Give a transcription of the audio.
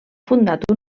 fundat